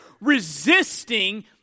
resisting